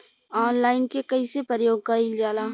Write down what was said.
Online के कइसे प्रयोग कइल जाला?